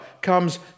comes